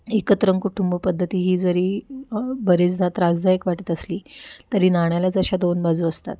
एकत्र कुटुंब पद्धती ही जरी बरेचदा त्रासदायक वाटत असली तरी नाण्याला जशा दोन बाजू असतात